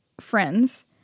friends